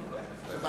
לא,